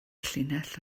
llinell